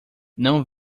não